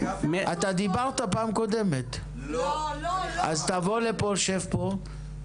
תבוא לפה שב פה,